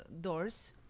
Doors